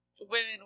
Women